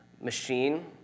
machine